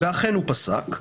ואכן הוא פסק כך.